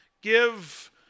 give